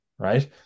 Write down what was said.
right